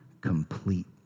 complete